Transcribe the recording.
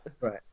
right